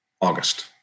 August